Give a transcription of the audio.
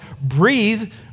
breathe